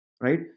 right